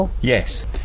Yes